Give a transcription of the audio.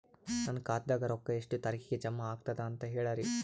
ನನ್ನ ಖಾತಾದಾಗ ರೊಕ್ಕ ಎಷ್ಟ ತಾರೀಖಿಗೆ ಜಮಾ ಆಗತದ ದ ಅಂತ ಹೇಳರಿ?